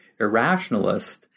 irrationalist